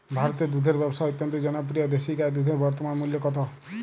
ভারতে দুধের ব্যাবসা অত্যন্ত জনপ্রিয় দেশি গাই দুধের বর্তমান মূল্য কত?